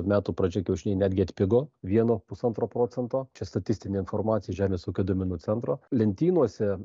metų pradžia kiaušiniai netgi atpigo vienu pusantro procento čia statistinė informacija žemės ūkio duomenų centro lentynose